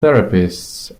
therapists